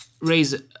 raise